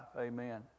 Amen